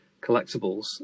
collectibles